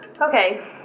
Okay